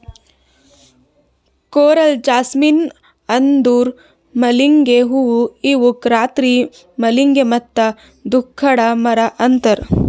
coral jasmine ಅಂದುರ್ ಮಲ್ಲಿಗೆ ಹೂವು ಇವುಕ್ ರಾತ್ರಿ ಮಲ್ಲಿಗೆ ಮತ್ತ ದುಃಖದ ಮರ ಅಂತಾರ್